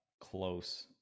close